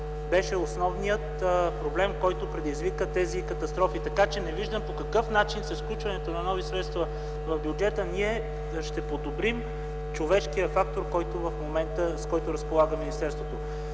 беше основният проблем, който предизвика тези катастрофи. Не виждам по какъв начин с включването на нови средства в бюджета, ние ще подобрим човешкия фактор, с който разполага министерството.